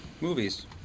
Movies